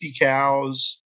cows